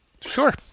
Sure